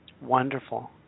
Wonderful